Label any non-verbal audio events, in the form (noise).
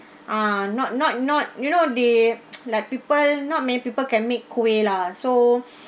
ah not not not you know they (noise) like people not many people can make kuih lah so (breath)